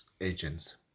agents